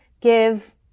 give